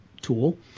tool